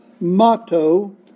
motto